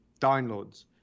downloads